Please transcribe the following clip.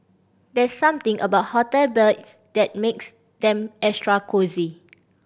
there's something about hotel beds that makes them extra cosy